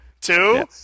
Two